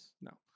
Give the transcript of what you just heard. No